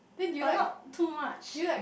but not too much